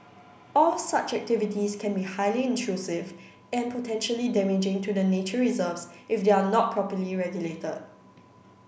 all such activities can be highly intrusive and potentially damaging to the nature reserves if they are not properly regulated